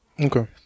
Okay